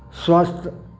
स्वस्थ